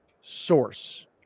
source